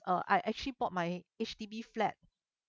uh I actually bought my H_D_B flat